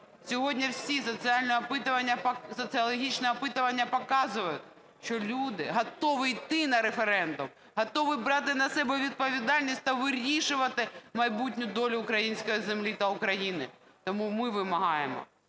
опитування... соціологічні опитування показують, що люди готові йти на референдум, готові брати на себе відповідальність та вирішувати майбутню долю української землі та України. Тому ми вимагаємо